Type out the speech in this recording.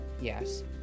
Yes